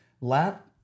lap